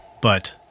But-